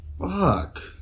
Fuck